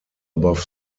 above